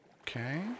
Okay